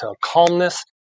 calmness